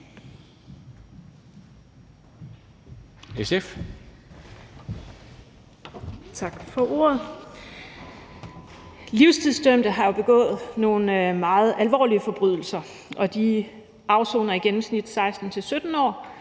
Livstidsdømte har jo begået nogle meget alvorlige forbrydelser, og de afsoner i gennemsnit 16-17 år,